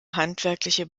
handwerkliche